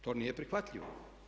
To nije prihvatljivo.